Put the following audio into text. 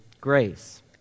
grace